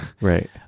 right